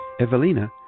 Evelina